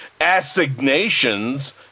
assignations